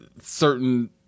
certain